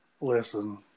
listen